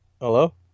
Hello